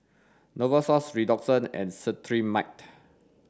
Novosource Redoxon and Cetrimide